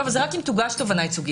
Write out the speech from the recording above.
לא, אבל זה רק אם תוגש תובענה ייצוגית.